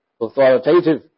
authoritative